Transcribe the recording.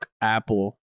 Apple